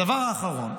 הדבר האחרון,